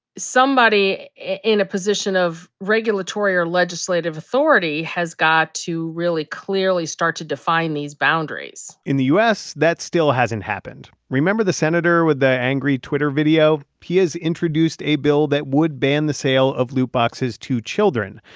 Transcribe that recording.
somebody in a position of regulatory or legislative authority has got to really clearly start to define these boundaries in the u s, that still hasn't happened. remember the senator with the angry twitter video? he has introduced a bill that would ban the sale of loot boxes to children.